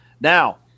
Now